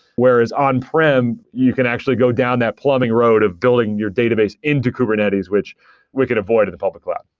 whereas on prem, you can actually go down that plumbing road of building your database into kubernetes, which we can avoid at the public cloud.